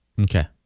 Okay